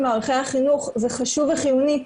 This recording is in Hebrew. זה חשוב וחיוני.